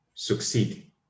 succeed